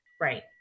Right